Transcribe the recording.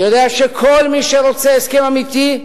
אני יודע שכל מי שרוצה הסכם אמיתי,